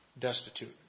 destitute